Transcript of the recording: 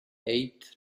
eighth